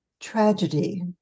tragedy